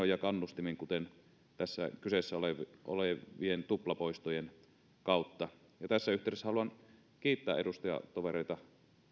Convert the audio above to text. ja kannustimin kuten tässä kyseessä olevien tuplapoistojen kautta tässä yhteydessä haluan kiittää edustajatovereita